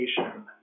education